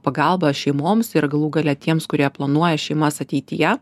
pagalbą šeimoms ir galų gale tiems kurie planuoja šeimas ateityje